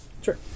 Sure